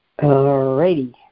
Alrighty